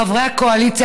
חברי הקואליציה,